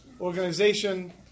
organization